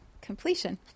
completion